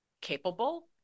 capable